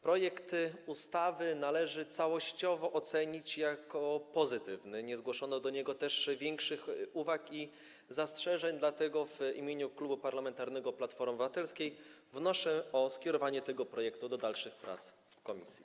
Projekt ustawy należy całościowo ocenić pozytywnie, nie zgłoszono do niego też większych uwag i zastrzeżeń, dlatego w imieniu Klubu Parlamentarnego Platforma Obywatelska wnoszę o skierowanie tego projektu do dalszych prac w komisji.